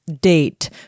date